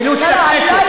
זילות של הכנסת,